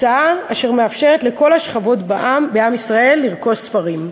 הצעה אשר מאפשרת לכל השכבות בעם ישראל לרכוש ספרים.